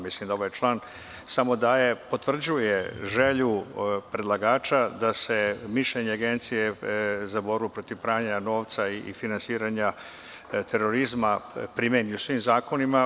Mislim da ovaj član potvrđuje želju predlagača da se mišljenje Agencije za borbu protiv pranja novca i finansiranja terorizma primeni u svim zakonima.